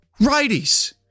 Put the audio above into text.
righties